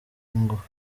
ingufu